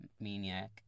maniac